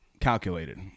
calculated